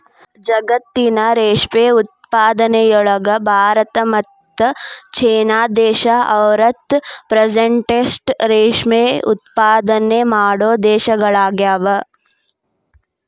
ಜಗತ್ತಿನ ರೇಷ್ಮೆ ಉತ್ಪಾದನೆಯೊಳಗ ಭಾರತ ಮತ್ತ್ ಚೇನಾ ದೇಶ ಅರವತ್ ಪೆರ್ಸೆಂಟ್ನಷ್ಟ ರೇಷ್ಮೆ ಉತ್ಪಾದನೆ ಮಾಡೋ ದೇಶಗಳಗ್ಯಾವ